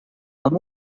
amb